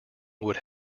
would